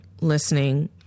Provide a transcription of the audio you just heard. listening